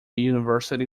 university